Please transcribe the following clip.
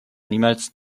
niemals